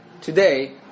today